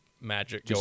magic